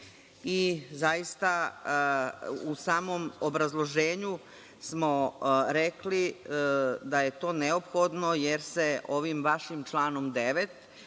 i zaista u samom obrazloženju smo rekli da je to neophodno jer se ovim vašim članom 9.